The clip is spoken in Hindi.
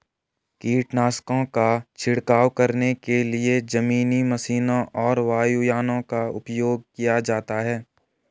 कीटनाशकों का छिड़काव करने के लिए जमीनी मशीनों और वायुयानों का उपयोग किया जाता है